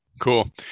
Cool